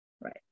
Right